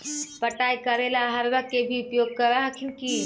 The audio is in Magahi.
पटाय करे ला अहर्बा के भी उपयोग कर हखिन की?